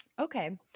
Okay